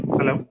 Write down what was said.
Hello